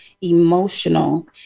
emotional